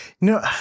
No